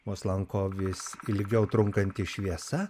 mus lanko vis ilgiau trunkanti šviesa